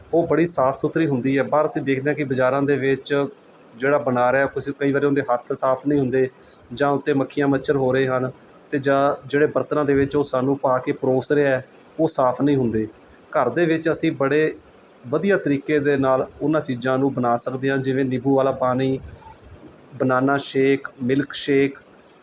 ਉਹ ਬੜੀ ਸਾਫ਼ ਸੁਥਰੀ ਹੁੰਦੀ ਹੈ ਪਰ ਅਸੀਂ ਦੇਖਦੇ ਹਾਂ ਕਿ ਬਾਜ਼ਾਰਾਂ ਦੇ ਵਿੱਚ ਜਿਹੜਾ ਬਣਾ ਰਿਹਾ ਕਿਸੇ ਕਈ ਵਾਰੀ ਉਹਦੇ ਹੱਥ ਸਾਫ਼ ਨਹੀਂ ਹੁੰਦੇ ਜਾਂ ਉੱਤੇ ਮੱਖੀਆਂ ਮੱਛਰ ਹੋ ਰਹੇ ਹਨ ਅਤੇ ਜਾਂ ਜਿਹੜੇ ਬਰਤਨਾਂ ਦੇ ਵਿੱਚ ਉਹ ਸਾਨੂੰ ਪਾ ਕੇ ਪਰੋਸ ਰਿਹਾ ਉਹ ਸਾਫ਼ ਨਹੀਂ ਹੁੰਦੇ ਘਰ ਦੇ ਵਿੱਚ ਅਸੀਂ ਬੜੇ ਵਧੀਆ ਤਰੀਕੇ ਦੇ ਨਾਲ਼ ਉਹਨਾਂ ਚੀਜ਼ਾਂ ਨੂੰ ਬਣਾ ਸਕਦੇ ਹਾਂ ਜਿਵੇਂ ਨਿੰਬੂ ਵਾਲਾ ਪਾਣੀ ਬਨਾਨਾ ਸ਼ੇਕ ਮਿਲਕਸ਼ੇਕ